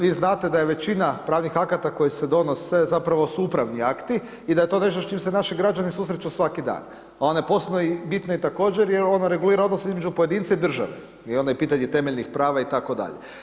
Vi znate da je većina pravnih akata koji se donose zapravo su upravni akti i da je to nešto s čim se naši građani susreću svaki dan, …/nerazumljivo/… postoje bitno također jer ono regulira odnose između pojedinca i države i onda je pitanje temeljnih prava itd.